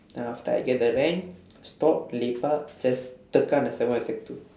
then after I get the rank stop lepak just tekan the sec one and sec two